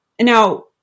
now